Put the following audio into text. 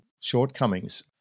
shortcomings